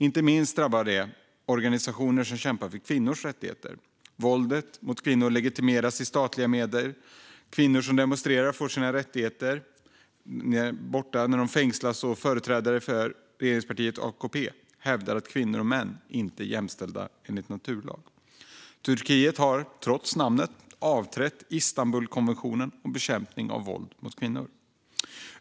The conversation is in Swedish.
Inte minst drabbas organisationer som kämpar för kvinnors rättigheter. Våld mot kvinnor legitimeras i statliga medier, kvinnor som demonstrerar för sina rättigheter fängslas och företrädare för regeringspartiet AKP hävdar att kvinnor och män enligt naturlag inte är jämställda. Turkiet har, trots namnet, avträtt Istanbulkonventionen om bekämpning av våld mot kvinnor.